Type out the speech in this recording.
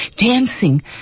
dancing